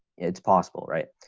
it's possible, right?